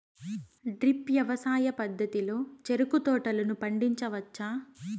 drip వ్యవసాయ పద్ధతిలో చెరుకు తోటలను పండించవచ్చా